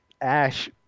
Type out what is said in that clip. Ash